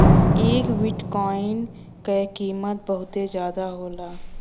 एक बिट्काइन क कीमत बहुते जादा होला